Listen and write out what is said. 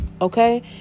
okay